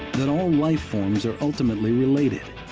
that all life-forms are ultimately related,